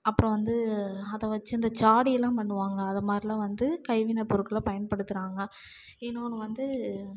அப்புறம் வந்து அதை வச்சு இந்த ஜாடியெல்லாம் பண்ணுவாங்க அதமாதிரிலாம் வந்து கைவினைப் பொருட்களை பயன்படுத்துறாங்க இன்னொன்று வந்து